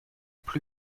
plu